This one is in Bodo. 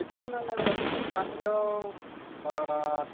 बिदिनो सानसेयाव